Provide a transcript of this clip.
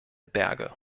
berge